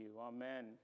Amen